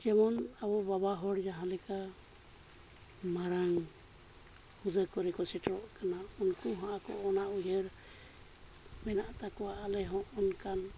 ᱡᱮᱢᱚᱱ ᱟᱵᱚ ᱵᱟᱵᱟ ᱦᱚᱲ ᱡᱟᱦᱟᱸ ᱞᱮᱠᱟ ᱢᱟᱨᱟᱝ ᱦᱩᱫᱟᱹ ᱠᱚᱨᱮᱜ ᱠᱚ ᱥᱮᱴᱮᱨᱚᱜ ᱠᱟᱱᱟ ᱩᱱᱠᱩ ᱦᱚᱸ ᱟᱠᱚ ᱚᱱᱟ ᱩᱭᱦᱟᱹᱨ ᱢᱮᱱᱟᱜ ᱛᱟᱠᱚᱣᱟ ᱟᱞᱮ ᱦᱚᱸ ᱚᱱᱠᱟᱱ